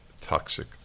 toxic